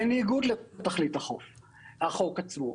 בניגוד לתכלית החוק עצמו.